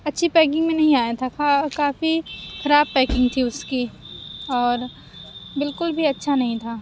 اچھی پیکنگ میں نہیں آیا تھا کافی خراب پیکنگ تھی اس کی اور بالکل بھی اچھا نہیں تھا